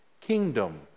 kingdom